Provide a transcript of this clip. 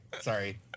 Sorry